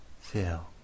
feel